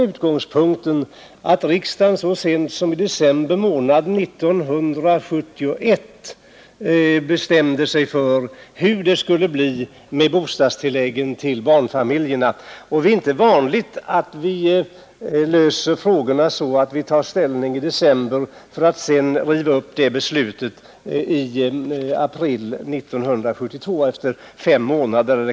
Utgångspunkten är att riksdagen så sent som i december 1971 bestämde sig för hur det skulle bli med bostadstilläggen till barnfamiljerna, och det är inte vanligt att vi löser frågorna så, att vi tar ställning i december för att sedan riva upp det beslutet i april, efter knappt fem månader.